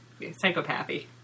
psychopathy